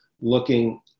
looking